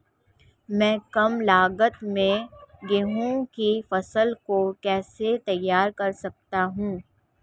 मैं कम लागत में गेहूँ की फसल को कैसे तैयार कर सकता हूँ?